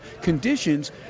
conditions